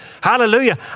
Hallelujah